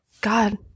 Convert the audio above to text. God